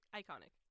iconic